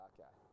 Okay